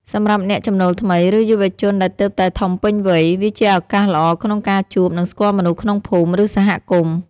សម្រាប់អ្នកចំណូលថ្មី ឬយុវជនដែលទើបតែធំពេញវ័យ វាជាឱកាសល្អក្នុងការជួប និងស្គាល់មនុស្សក្នុងភូមិ ឬសហគមន៍។